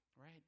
right